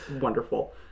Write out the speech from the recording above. wonderful